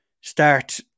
start